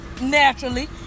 naturally